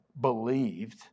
believed